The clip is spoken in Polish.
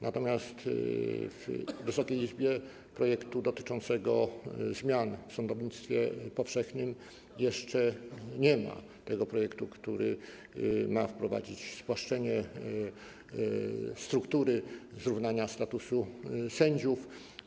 Natomiast w Wysokiej Izbie projektu dotyczącego zmian w sądownictwie powszechnym jeszcze nie ma - tego projektu, który ma wprowadzić spłaszczenie struktury, zrównanie statusu sędziów.